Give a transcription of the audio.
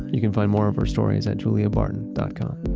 you can find more of her stories at juliabarton dot com.